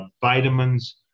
vitamins